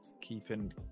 keeping